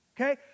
okay